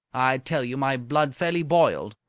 i tell you, my blood fairly boiled.